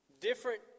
Different